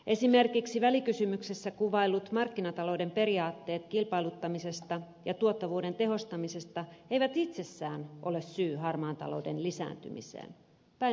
esimerkiksi välikysymyksessä kuvaillut markkinatalouden periaatteet kilpailuttamisesta ja tuottavuuden tehostamisesta eivät itsessään ole syy harmaan talouden lisääntymiseen päinvastoin